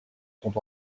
sont